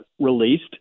released